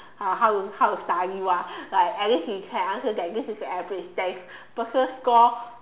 uh how how to study [one] at least he can answer that this is the average there is a person score